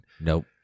Nope